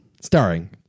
Starring